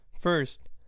First